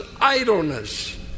idleness